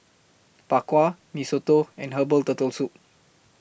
Bak Kwa Mee Soto and Herbal Turtle Soup